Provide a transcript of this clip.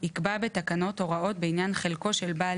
יקבע בתקנות הוראות בעניין חלקו של בעל